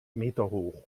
meterhoch